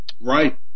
Right